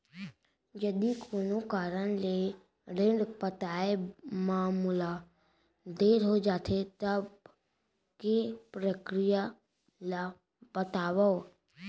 यदि कोनो कारन ले ऋण पटाय मा मोला देर हो जाथे, तब के प्रक्रिया ला बतावव